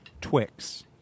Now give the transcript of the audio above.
Twix